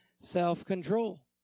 self-control